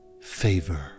favor